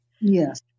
Yes